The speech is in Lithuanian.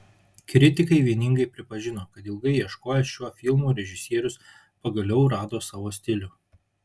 kritikai vieningai pripažino kad ilgai ieškojęs šiuo filmu režisierius pagaliau rado savo stilių